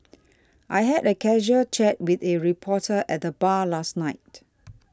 I had a casual chat with a reporter at the bar last night